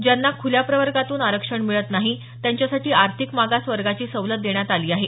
ज्यांना खुल्या प्रवर्गातून आरक्षण मिळत नाही त्यांच्यासाठी आर्थिक मागास वर्गाची सवलत देण्यात आली आहे